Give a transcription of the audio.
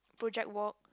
project work